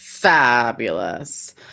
fabulous